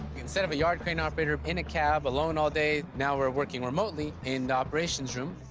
instead of a yard crane operator in a cab alone all day, now we're working remotely in the operations room.